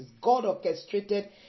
God-orchestrated